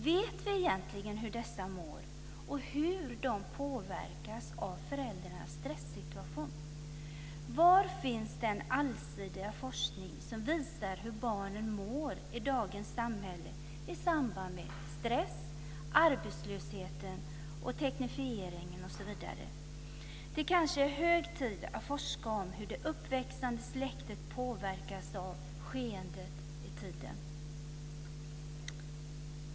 Vet vi egentligen hur dessa barn mår och hur de påverkas av föräldrarnas stressituation? Var finns den allsidiga forskning som visar hur barnen mår i dagens samhälle i samband med stress, arbetslöshet, teknifiering osv.? Det är kanske hög tid att forska om hur det uppväxande släktet påverkas av skeenden i tiden.